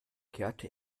kehrte